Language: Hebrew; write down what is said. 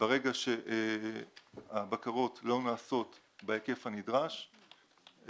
ברגע שהבקרות לא נעשות בהיקף הנדרש,